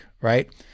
Right